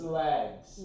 legs